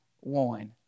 one